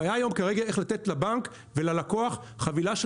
הבעיה היום היא איך לתת לבנק וללקוח חבילה של